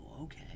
okay